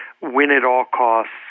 win-at-all-costs